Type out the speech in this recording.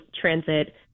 transit